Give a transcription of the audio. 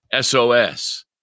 SOS